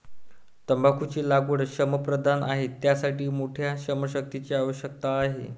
तंबाखूची लागवड श्रमप्रधान आहे, त्यासाठी मोठ्या श्रमशक्तीची आवश्यकता आहे